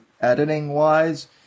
editing-wise